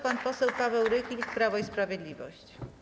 Pan poseł Paweł Rychlik, Prawo i Sprawiedliwość.